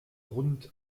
rund